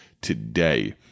today